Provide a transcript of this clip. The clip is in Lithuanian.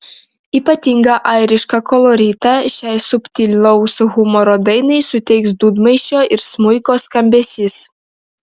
ypatingą airišką koloritą šiai subtilaus humoro dainai suteiks dūdmaišio ir smuiko skambesys